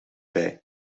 bij